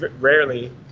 rarely